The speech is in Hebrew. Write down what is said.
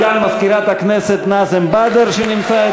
חברת הכנסת זהבה גלאון ואני עשינו מסיבת